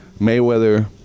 Mayweather